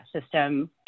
system